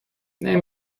نمی